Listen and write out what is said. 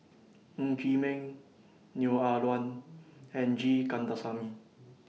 Ng Chee Meng Neo Ah Luan and G Kandasamy